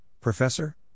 Professor